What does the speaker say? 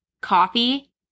coffee